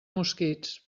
mosquits